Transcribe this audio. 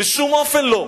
בשום אופן לא.